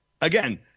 again